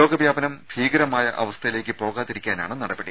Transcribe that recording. രോഗവ്യാപനം ഭീകരമായ അവസ്ഥയിലേയ്ക്ക് പോകാതിരിക്കാനാണ് നടപടി